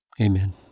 Amen